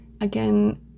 again